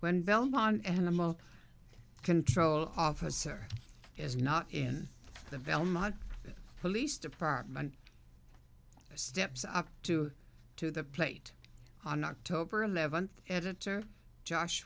when belmont and the mole control officer is not in the belmont police department steps up to to the plate on october eleventh editor josh